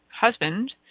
husband